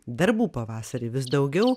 darbų pavasarį vis daugiau